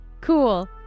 Cool